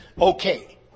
Okay